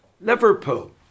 Liverpool